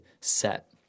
set